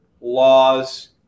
laws